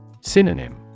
Synonym